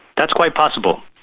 that's quite possible.